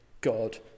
God